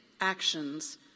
actions